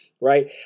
right